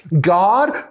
God